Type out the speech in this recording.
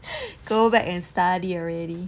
go back and study already